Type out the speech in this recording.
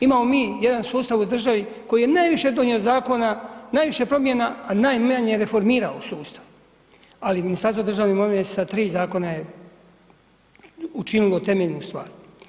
Imamo mi jedan sustav u državi koji je najviše donio zakona, najviše promjena, a najmanje reformirao sustav, ali Ministarstvo državne imovine sa tri zakona je učinilo temeljenu stvar.